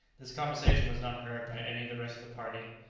this conversation was not heard by any of the rest of the party.